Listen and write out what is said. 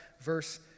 verse